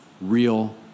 Real